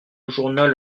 journal